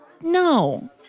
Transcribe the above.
no